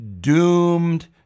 doomed